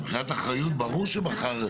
מבחינת אחריות ברור שמחר,